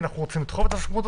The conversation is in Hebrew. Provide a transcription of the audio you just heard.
אנחנו רוצים לדחוף אותה.